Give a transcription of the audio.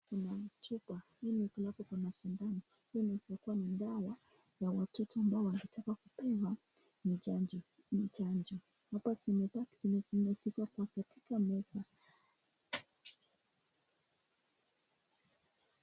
Kuna chupa hii ni glavu kuna sindano. Hii ni wezakuwa ni dawa ya watoto ambao wangetaka kupewa chanjo. Hapa zimepangwa kwa katika meza.